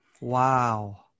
Wow